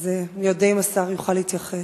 אז אני אודה אם השר יוכל להתייחס.